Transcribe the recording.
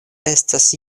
estas